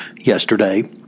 yesterday